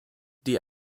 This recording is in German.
die